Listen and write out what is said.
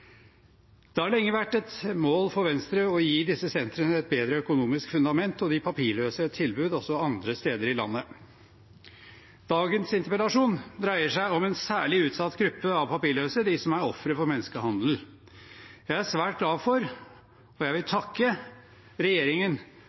Det har lenge vært et mål for Venstre å gi disse sentrene et bedre økonomisk fundament og de papirløse et tilbud også andre steder i landet. Dagens interpellasjon dreier seg om en særlig utsatt gruppe av papirløse, de som er ofre for menneskehandel. Jeg er svært glad for at man nå vil